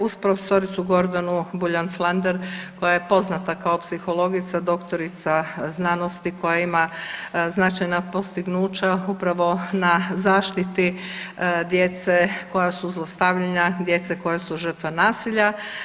Uz profesoricu Gordanu Buljan Flander koja je poznata kao psihologica, doktorica znanosti koja ima značajna postignuća upravo na zaštiti djece koja su zlostavljana, djece koja su žrtve nasilja.